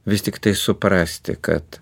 vis tiktai suprasti kad